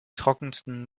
trockensten